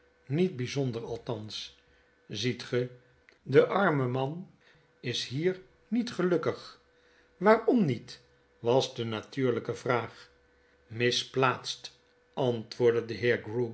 niet byzonder althans ziet ge de arme man is hier niet gelukkig waarom niet was de natuurlijke vraag misplaatst antwoordde de